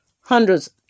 hundreds